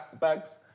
bags